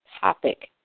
topic